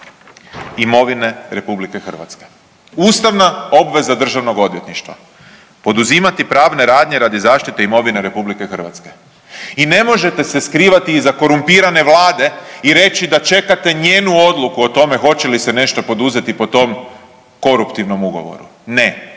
imovine RH. Ustavna obveza Državnog odvjetništva. Poduzimati pravne radnje radi zaštite imovine RH. I ne možete se skrivati iza korumpirane Vlade i reći da čekate njenu odluku o tome hoće li se nešto poduzeti po tom koruptivnom ugovoru. Ne.